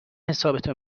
حسابتو